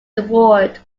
reward